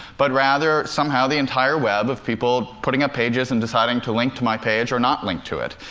but rather somehow the entire web of people putting up pages and deciding to link to my page or not link to it,